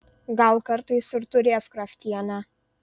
gal kartais ir turės kraftienė